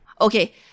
Okay